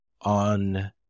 on